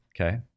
okay